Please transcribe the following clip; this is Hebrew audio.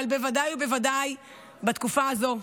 אבל בוודאי ובוודאי בתקופה הזו,